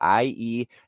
IE